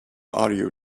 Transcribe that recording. audio